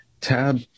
Tab